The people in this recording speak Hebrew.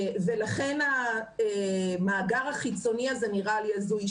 ולכן המאגר החיצוני הזה נראה לי הזוי.